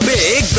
Big